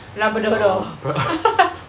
labradoro~